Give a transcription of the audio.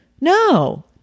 no